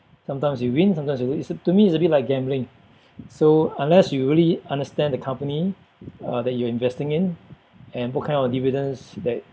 sometimes you win sometimes you lose it's to me it's a bit like gambling so unless you really understand the company uh that you're investing in and what kind of dividends that